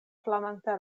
flamanta